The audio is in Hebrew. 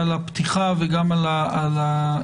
על הפתיחה וגם על ההמשך.